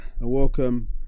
Welcome